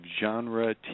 genre